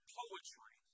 poetry